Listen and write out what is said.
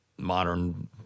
modern